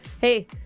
Hey